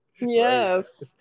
Yes